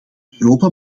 europa